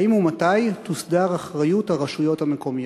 האם ומתי תוסדר אחריות הרשויות המקומיות?